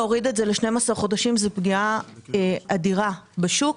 להוריד את זה ל-12 חודשים זו פגיעה אדירה בשוק.